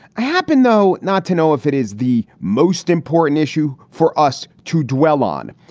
i happen, though, not to know if it is the most important issue for us to dwell on.